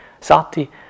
sati